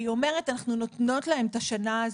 והיא אומרת, אנחנו נותנות להן את השנה הזאת.